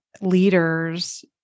leaders